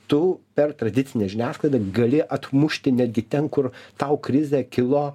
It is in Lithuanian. tu per tradicinę žiniasklaidą gali atmušti netgi ten kur tau krizė kilo